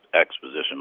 Exposition